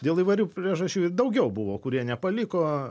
dėl įvairių priežasčių ir daugiau buvo kurie nepaliko